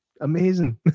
amazing